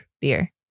Beer